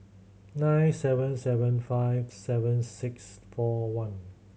nine seven seven five seven six four one